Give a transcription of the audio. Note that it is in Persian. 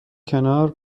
کنار